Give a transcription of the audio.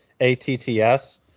ATTS